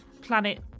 planet